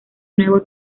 nuevo